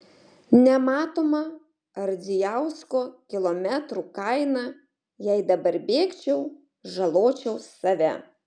nematoma ardzijausko kilometrų kaina jei dabar bėgčiau žaločiau save